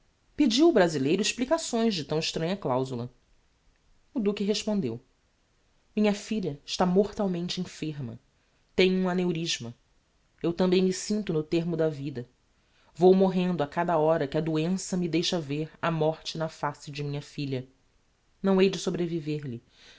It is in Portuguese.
pediu o brazileiro explicações de tão estranha clausula o duque respondeu minha filha está mortalmente enferma tem um aneurisma eu tambem me sinto no termo da vida vou morrendo a cada hora que a doença me deixa vêr a morte na face de minha filha não hei de sobreviver lhe se